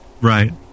Right